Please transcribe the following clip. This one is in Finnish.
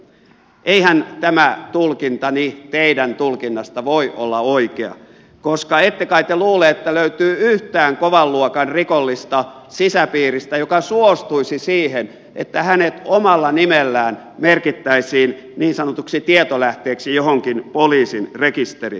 eihän tämä tulkintani teidän tulkinnastanne voi olla oikea koska ette kai te luule että löytyy yhtään kovan luokan rikollista sisäpiiristä joka suostuisi siihen että hänet omalla nimellään merkittäisiin niin sanotuksi tietolähteeksi johonkin poliisin rekisteriin